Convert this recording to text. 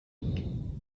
fahren